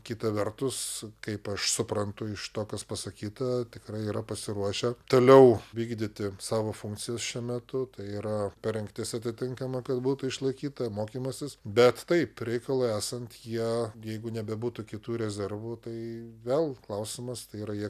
kita vertus kaip aš suprantu iš to kas pasakyta tikrai yra pasiruošę toliau vykdyti savo funkcijas šiuo metu tai yra parengtis atitinkama kad būtų išlaikyta mokymasis bet taip reikalui esant jie jeigu nebebūtų kitų rezervų tai vėl klausimas tai yra jie